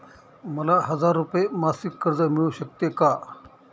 मला हजार रुपये मासिक कर्ज मिळू शकते का?